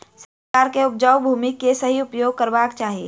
सरकार के उपजाऊ भूमि के सही उपयोग करवाक चाही